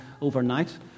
overnight